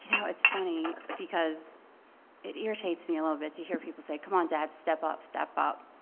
you know, it's funny because it irritates me a little bit to hear people say, come on dad, step up, step up.